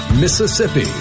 Mississippi